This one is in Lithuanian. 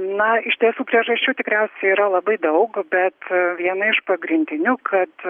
na iš tiesų priežasčių tikriausiai yra labai daug bet viena iš pagrindinių kad